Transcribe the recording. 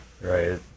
right